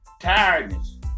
tiredness